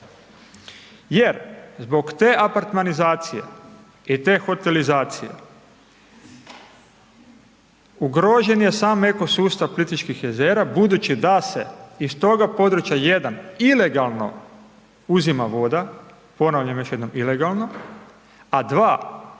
Jer zbog te apartmanizacije i te hotelizacije ugrožen je sam eko sustav Plitvičkih jezera budući da se iz toga područja 1 ilegalno uzima voda, ponavljam još jednom ilegalno, a 2 u